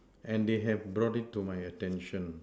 and they have brought it to my attention